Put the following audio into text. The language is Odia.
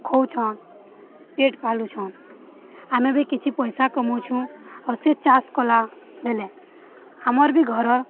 ଖାଉଛନ୍ ପେଟ୍ ପାଲୁଛନ୍ ଆମେ ବି କିଛି ପଇସା କମଉଛୁଁ ଆଉ ସେ ଚାଷ କଲା ବେଲେ ଆମର୍ ବି ଘର